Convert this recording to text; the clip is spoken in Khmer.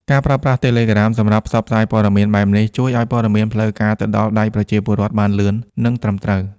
ការប្រើប្រាស់ Telegram សម្រាប់ផ្សព្វផ្សាយព័ត៌មានបែបនេះ ជួយឲ្យព័ត៌មានផ្លូវការទៅដល់ដៃប្រជាពលរដ្ឋបានលឿន និងត្រឹមត្រូវ។